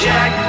Jack